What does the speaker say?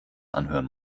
anhören